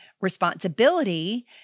responsibility